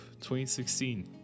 2016